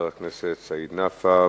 חבר הכנסת סעיד נפאע.